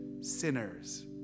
sinners